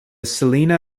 celina